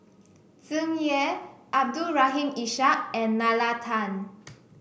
Tsung Yeh Abdul Rahim Ishak and Nalla Tan